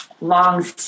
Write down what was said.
long